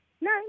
No